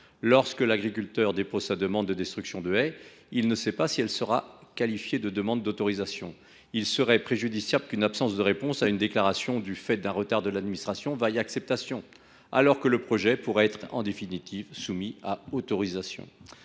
Lorsque l’agriculteur dépose sa demande de destruction de haie, il ne sait pas si elle sera qualifiée de demande d’autorisation. Il serait préjudiciable qu’une absence de réponse à une déclaration du fait d’un retard de l’administration vaille acceptation, alors que le projet pourrait être en définitive soumis à autorisation.